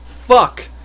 fuck